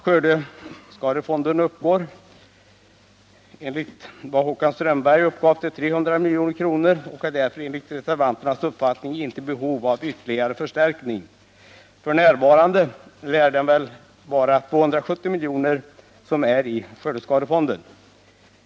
Skördeskadefonden uppgår enligt vad Håkan Strömberg sade till ca 300 milj.kr. och är därför enligt reservanternas uppfattning inte i behov av ytterligare förstärkning. F. n. torde skördeskadefonden uppgå till 270 milj.kr.